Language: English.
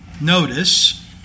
notice